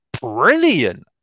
brilliant